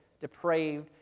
depraved